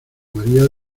maría